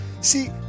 See